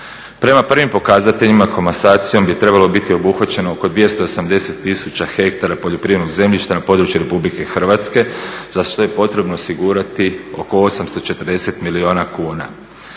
Prema prvim pokazateljima komasacijom bi trebalo biti obuhvaćeno oko 280 tisuća hektara poljoprivrednog zemljišta na području RH, za sve je potrebno osigurati oko 840 milijuna kuna.